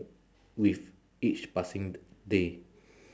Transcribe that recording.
with each passing d~ day